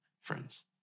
friends